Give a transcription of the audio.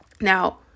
now